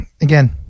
again